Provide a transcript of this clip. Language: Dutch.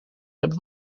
hebben